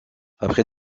après